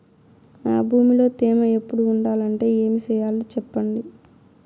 నా భూమిలో తేమ ఎప్పుడు ఉండాలంటే ఏమి సెయ్యాలి చెప్పండి?